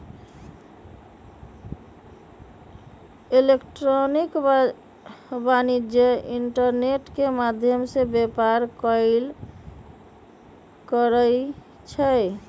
electronic वाणिज्य internet के माध्यम से व्यापार करइ छै